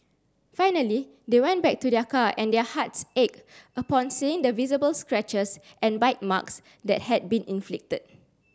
finally they went back to their car and their hearts ached upon seeing the visible scratches and bite marks that had been inflicted